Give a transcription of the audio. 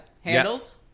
handles